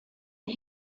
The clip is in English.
and